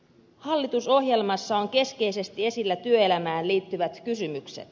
hallitusohjelmassa on keskeisesti esillä työelämään liittyvät kysymykset